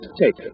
take